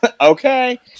Okay